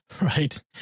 Right